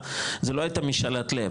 זה לא הייתה משאלת לב,